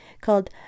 called